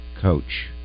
coach